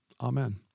Amen